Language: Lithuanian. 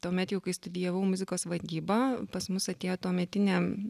tuomet jau kai studijavau muzikos vadybą pas mus atėjo tuometinė